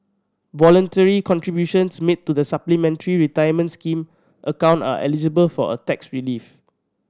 voluntary contributions made to the Supplementary Retirement Scheme account are eligible for a tax relief